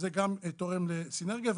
זה גם תורם לסינרגיה.